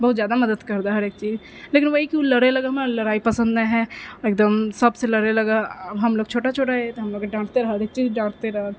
बहुत जादा मदति कर देहो हरेक चीज लेकिन ओकरा ई की ओ लड़े लगे हमरा लड़ाइ पसन्द नहि है एकदम सबसँ लड़े लगै हऽ हमलोग छोटा छोटा है तऽ हमलोगके डाँटते रहऽ ऐसे ही डाँटते रहऽ